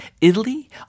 Italy